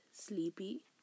sleepy